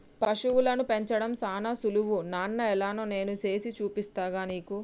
పశువులను పెంచడం సానా సులువు నాన్న ఎలానో నేను సేసి చూపిస్తాగా నీకు